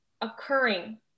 occurring